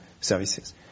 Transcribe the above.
services